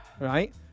right